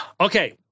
Okay